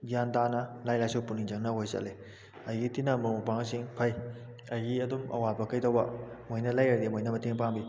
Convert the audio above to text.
ꯒ꯭ꯌꯥꯟ ꯇꯥꯅ ꯂꯥꯏꯔꯤꯛ ꯂꯥꯏꯁꯨ ꯄꯨꯛꯅꯤꯡ ꯆꯪꯅ ꯑꯩꯈꯣꯏ ꯆꯠꯂꯤ ꯑꯩꯒ ꯇꯤꯟꯅꯕ ꯃꯔꯨꯞ ꯃꯄꯥꯡꯁꯤꯡ ꯐꯩ ꯑꯩꯒꯤ ꯑꯗꯨꯝ ꯑꯋꯥꯕ ꯀꯩꯗꯧꯕ ꯃꯣꯏꯅ ꯂꯩꯔꯗꯤ ꯃꯣꯏꯅ ꯃꯇꯦꯡ ꯄꯥꯡꯕꯤ